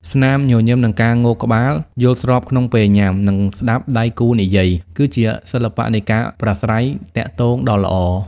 ស្នាមញញឹម និងការងក់ក្បាលយល់ស្របក្នុងពេលញ៉ាំ និងស្ដាប់ដៃគូនិយាយ គឺជាសិល្បៈនៃការប្រាស្រ័យទាក់ទងដ៏ល្អ។